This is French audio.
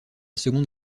seconde